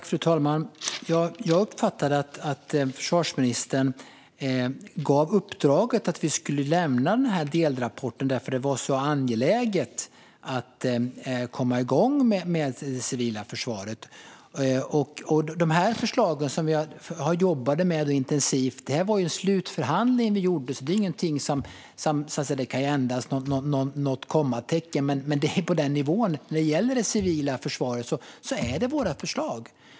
Fru talman! Jag uppfattade att försvarsministern gav oss uppdraget att lämna delrapporten därför att det var så angeläget att komma igång med det civila försvaret. Vi jobbade intensivt med dessa förslag, och det var en slutförhandling. Det kan ju ändras något kommatecken, men det är på den nivån. När det gäller det civila försvaret är detta våra förslag.